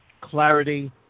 clarity